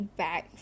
back